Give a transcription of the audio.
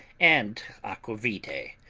and aqua-vitae.